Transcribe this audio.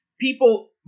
people